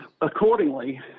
accordingly